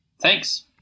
Thanks